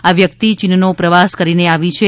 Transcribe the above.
આ વ્યક્તિ ચીનનો પ્રવાસ કરીને આવી છે